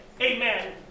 Amen